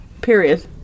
period